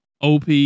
OP